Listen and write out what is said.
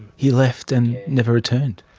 he left and never returned?